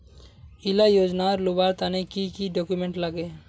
इला योजनार लुबार तने की की डॉक्यूमेंट लगे?